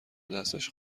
دستش